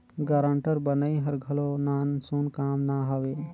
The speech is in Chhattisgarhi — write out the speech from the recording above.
गारंटर बनई हर घलो नानसुन काम ना हवे